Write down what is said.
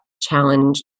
challenge